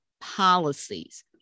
policies